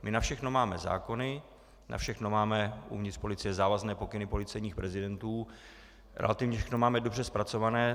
My máme na všechno zákony, na všechno máme uvnitř policie závazné pokyny policejních prezidentů, relativně všechno máme dobře zpracované.